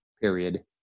period